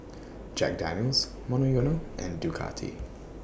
Jack Daniel's Monoyono and Ducati